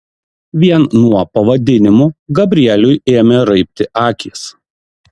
vien nuo pavadinimų gabrieliui ėmė raibti akys